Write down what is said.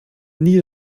nie